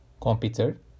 computer